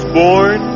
born